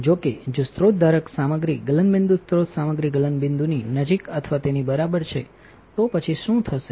જો કે જો સ્રોત ધારક સામગ્રી ગલનબિંદુ સ્રોત સામગ્રી ગલનબિંદુની નજીક અથવા તેની બરાબર છે તો પછી શું થશે